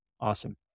Awesome